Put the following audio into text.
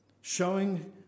Showing